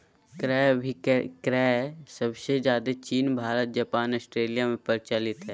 क्रय अभिक्रय सबसे ज्यादे चीन भारत जापान ऑस्ट्रेलिया में प्रचलित हय